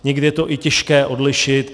Někdy je to i těžké odlišit.